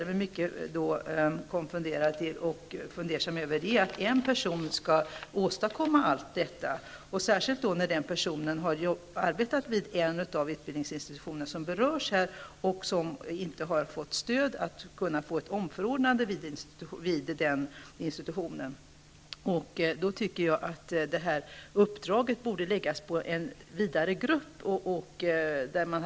Jag är mycket konfunderad över att en person skall åstadkomma allt detta, särskilt med tanke på att utredaren har arbetat vid en av de utbildningsinstitutioner som berörs och inte har fått stödet att kunna få ett omförordnande vid institutionen. Jag tycker att uppdraget borde ges till en större grupp.